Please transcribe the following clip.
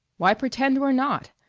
why pretend we're not?